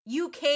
UK